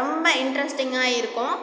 ரொம்ப இன்ட்ரஸ்ட்டிங்காக இருக்கும்